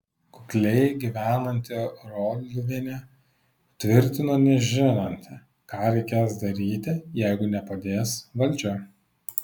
kukliai gyvenanti roliuvienė tvirtino nežinanti ką reikės daryti jeigu nepadės valdžia